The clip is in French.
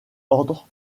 ordre